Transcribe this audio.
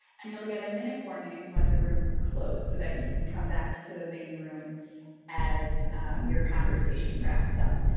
and you'll get a minute warning when the rooms closed so that you can come back to the main room as your conversation wraps up.